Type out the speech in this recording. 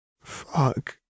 Fuck